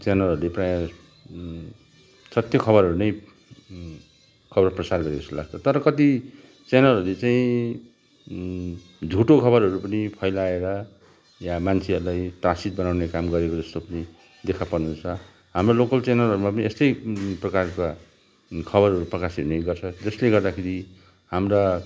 च्यानलहरूले प्रायः सत्य खबरहरू नै खबर प्रसार गरेको जस्तो लाग्छ तर कति च्यानलहरूले चाहिँ झुटो खबरहरू पनि फैलाएर यहाँ मान्छेहरूलाई त्रासित बनाउने काम गरेको जस्तो पनि देखा पर्नु छ हाम्रो लोकल च्यानलहरूमा पनि यस्तै प्रकारका खबरहरू प्रकाशित हुने गर्छ जसले गर्दाखेरि हाम्रा